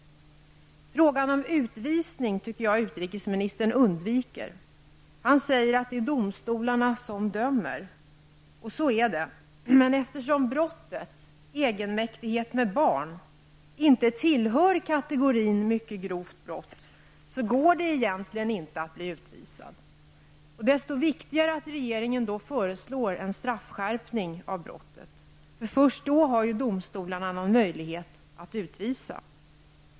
Frågan om utvisning tycker jag att utrikesministern undviker. Han säger att det är domstolarna som dömer. Och så är det. Men eftersom brottet -- egenmäktighet med barn -- inte tillhör kategorin mycket grovt brott, så går det egentligen inte att bli utvisad. Desto viktigare är det då att regeringen föreslår en straffskärpning för brottet. Först då har ju domstolarna någon möjlighet att utvisa.